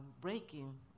breaking